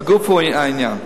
לגוף העניין,